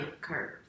curve